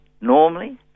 Normally